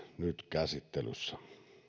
nyt käsittelyssä